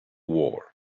war